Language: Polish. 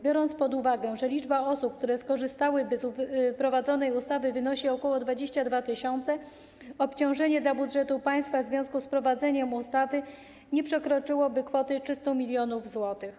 Biorąc pod uwagę, że liczba osób, które skorzystałyby z wprowadzonej ustawy, wynosi ok. 22 tys., obciążenie dla budżetu państwa w związku z wprowadzeniem ustawy nie przekroczy kwoty 300 mln zł.